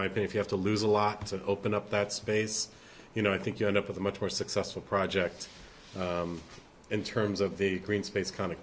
be if you have to lose a lot to open up that space you know i think you end up with a much more successful project in terms of the green space kind of